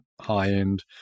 high-end